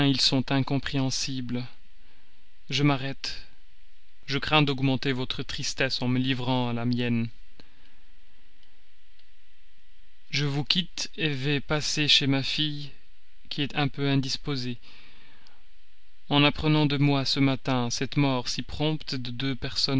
sont incompréhensibles je m'arrête je crains d'augmenter votre tristesse en me livrant à la mienne je vous quitte vais passer chez ma fille qui est un peu indisposée en apprenant de moi ce matin cette mort si prompte de deux personnes